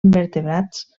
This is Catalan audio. invertebrats